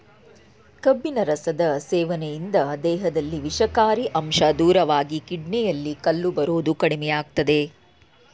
ಕಬ್ಬಿನ ರಸದ ಸೇವನೆಯಿಂದ ದೇಹದಲ್ಲಿ ವಿಷಕಾರಿ ಅಂಶ ದೂರವಾಗಿ ಕಿಡ್ನಿಯಲ್ಲಿ ಕಲ್ಲು ಬರೋದು ಕಡಿಮೆಯಾಗ್ತದೆ